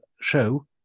show